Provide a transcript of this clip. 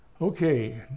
Okay